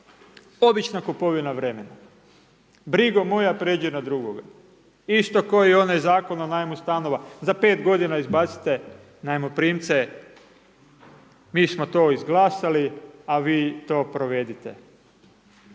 Obična kupovina vremena, brigo moja pređi na drugoga. Isto kao i onaj Zakon o najmu stanova za 5 godina izbacite najmoprimce, mi smo to izglasali, a vi to provedite.